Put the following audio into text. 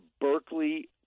Berkeley